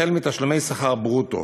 החל מתשלומי שכר ברוטו